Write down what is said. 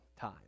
time